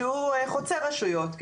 שהוא חוצה רשויות,